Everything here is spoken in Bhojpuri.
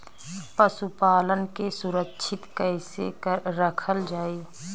पशुपालन के सुरक्षित कैसे रखल जाई?